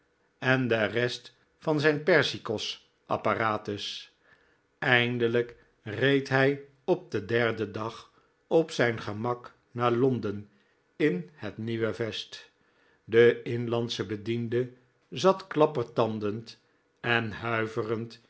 en de rest van zijn persicos apparatus eindelijk reed hij op den derden dag op zijn gemak naar londen in het nieuwe vest de inlandsche bediende zat klappertandend en huiverend